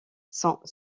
sont